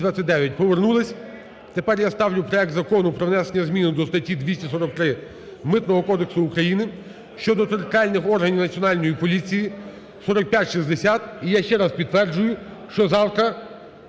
Повернулись. Тепер я ставлю проект Закону про внесення зміни до статті 243 Митного кодексу України щодо територіальних органів Національної поліції, 4560. І я ще раз підтверджую, що завтра